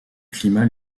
climat